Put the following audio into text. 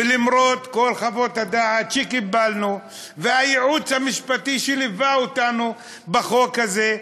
ולמרות כל חוות הדעת שקיבלנו והייעוץ המשפטי שליווה אותנו בחוק הזה,